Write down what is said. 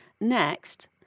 Next